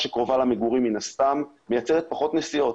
תעסוקה שקרובה למגורים מן הסתם מייצרת פחות נסיעות.